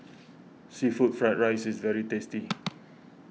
Seafood Fried Rice is very tasty